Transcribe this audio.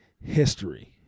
history